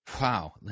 Wow